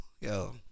Yo